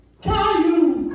Caillou